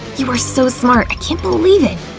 you are so smart! i can't believe it!